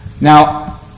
Now